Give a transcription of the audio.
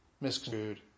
misconstrued